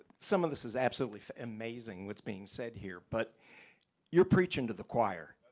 some of this is absolutely amazing, what's being said here but you're preaching to the choir.